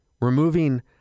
Removing